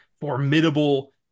formidable